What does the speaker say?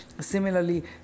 similarly